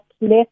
left